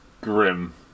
grim